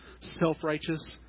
self-righteous